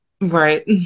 Right